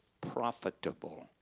profitable